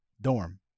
dorm